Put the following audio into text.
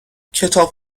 کتاب